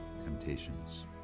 temptations